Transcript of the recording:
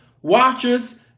watchers